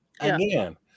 again